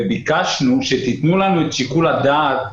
וביקשנו שתיתנו לנו את שיקול הדעת,